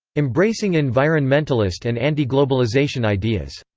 embracing environmentalist and anti-globalization ideas.